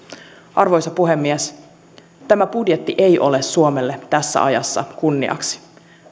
arvoisa puhemies tämä budjetti ei ole suomelle tässä ajassa kunniaksi